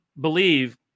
believe